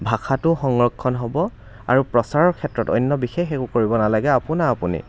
ভাষাটো সংৰক্ষণ হ'ব আৰু প্ৰচাৰৰ ক্ষেত্ৰত অন্য বিশেষ একো কৰিব নালাগে আপোনা আপুনি